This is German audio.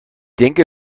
denke